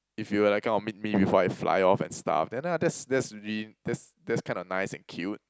if you like kinda meet me before I fly off and stuff then ya that's that's really that's that's kinda nice and cute